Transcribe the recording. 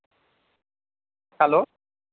hello